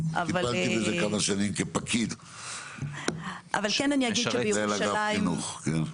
טיפלתי בזה כמה שנים כפקיד, מנהל אגף חינוך.